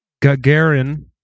Gagarin